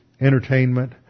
entertainment